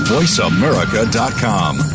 VoiceAmerica.com